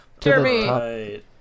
Jeremy